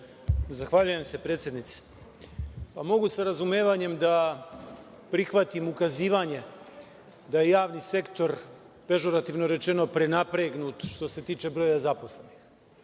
Zahvaljujem se, predsednice. Mogu sa razumevanjem da prihvatim ukazivanje da je javni sektor, pežorativno rečeno, prenapregnut što se tiče broja zaposlenih.